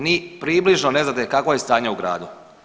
Ni približno ne znate kakvo je stanje u gradu.